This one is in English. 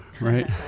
right